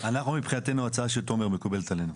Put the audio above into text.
אנחנו מבחינתנו ההצעה של תומר מקובלת עלינו.